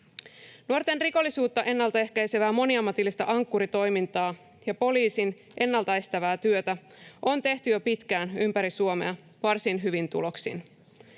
Nuorten rikollisuutta ennaltaehkäisevää moniammatillista Ankkuri-toimintaa ja poliisin ennaltaestävää työtä on tehty jo pitkään ympäri Suomea varsin hyvin tuloksin.